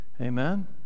Amen